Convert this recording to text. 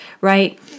right